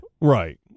Right